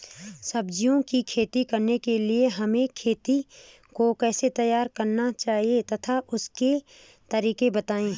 सब्जियों की खेती करने के लिए हमें खेत को कैसे तैयार करना चाहिए तथा उसके तरीके बताएं?